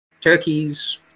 turkeys